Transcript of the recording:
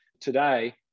today